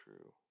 true